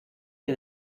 que